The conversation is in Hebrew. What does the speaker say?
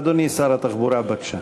אדוני שר התחבורה, בבקשה.